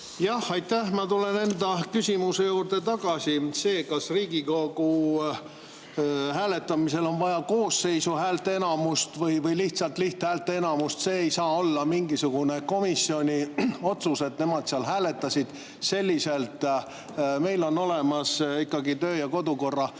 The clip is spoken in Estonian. Aitäh! Ma tulen enda küsimuse juurde tagasi. See, kas Riigikogus [eelnõu vastuvõtmiseks] on vaja koosseisu häälteenamust või lihthäälteenamust, ei saa olla mingisugune komisjoni otsus, et nemad seal hääletasid selliselt. Meil on olemas ikkagi töö‑ ja kodukorra